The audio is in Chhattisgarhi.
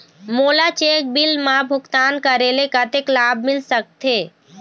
मोला चेक बिल मा भुगतान करेले कतक लाभ मिल सकथे?